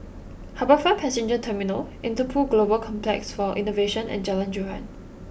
HarbourFront Passenger Terminal Interpol Global Complex for Innovation and Jalan Joran